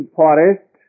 forest